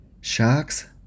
Sharks